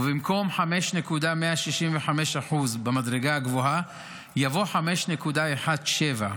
במקום 5.165% במדרגה הגבוהה יבוא 5.17%,